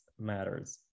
matters